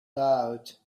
out